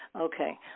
Okay